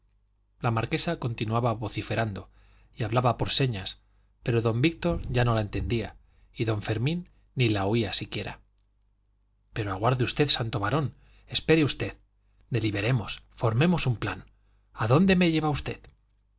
la marquesa continuaba vociferando y hablaba por señas pero don víctor ya no la entendía y don fermín ni la oía siquiera pero aguarde usted santo varón espere usted deliberemos formemos un plan a dónde me lleva usted